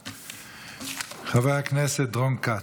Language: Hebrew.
חבר הכנסת רון כץ.